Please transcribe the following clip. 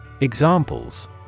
Examples